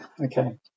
Okay